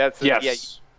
Yes